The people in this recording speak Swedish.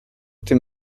till